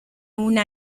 una